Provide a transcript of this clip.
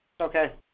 Okay